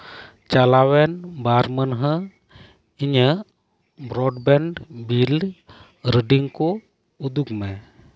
ᱪᱟᱞᱟᱣᱮᱱ ᱵᱟᱨ ᱢᱟᱹᱱᱦᱟᱹ ᱤᱧᱟᱹᱜ ᱵᱨᱚᱰᱵᱮᱱᱰ ᱵᱤᱞ ᱨᱤᱰᱤᱝ ᱠᱚ ᱩᱫᱩᱜ ᱢᱮ